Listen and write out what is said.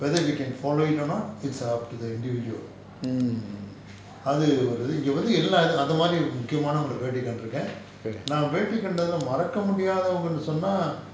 mm